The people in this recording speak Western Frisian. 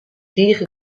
tige